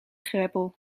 greppel